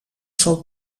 sol